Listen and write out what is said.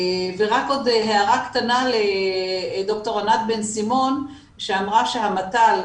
רק עוד הערה קטנה לד"ר ענת בן סימון שאמרה שהמת"ל,